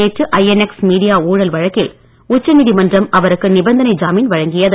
நேற்று INX media ஊழல் வழக்கில் உச்சநீதிமன்றம் அவருக்கு நிபந்தனை ஜாமீன் வழங்கியது